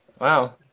Wow